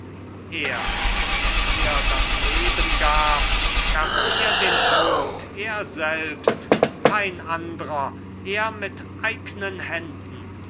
er der dir das leben gab gab dir den tod er selbst kein andrer er mit eignen händen